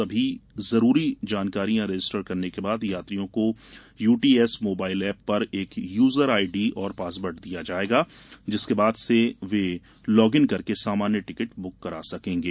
सभी जरूरी जानकारियां रजिस्टर करने के बाद यात्रियों को यूटीएस मोबाइल एप पर एक यूज़र आईडी और पासवर्ड दिया जाएगा जिसके माध्यम से वे लॉग इन करके सामान्य टिकट बुक करा सकेंगे